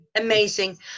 amazing